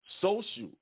social